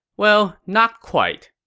well, not quite.